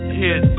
hit